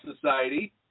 society